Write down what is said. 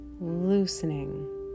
loosening